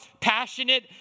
passionate